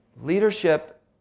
Leadership